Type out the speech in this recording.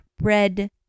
red